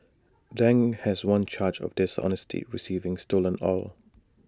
Dang has one charge of dishonestly receiving stolen oil